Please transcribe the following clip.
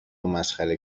مسخره